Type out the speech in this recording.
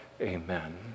Amen